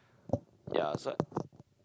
yeah so